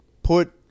put